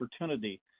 opportunity